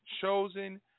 chosen